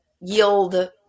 yield